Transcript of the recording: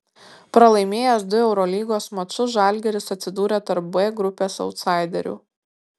pralaimėjęs du eurolygos mačus žalgiris atsidūrė tarp b grupės autsaiderių